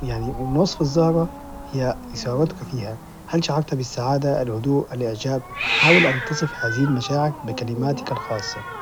يعني ومن وصف الزهرة هي اثارتك فيها هل شعرت بالسعادة الهدوء الإعجاب حاول أن تصف هذه المشاعر بكلماتك الخاصة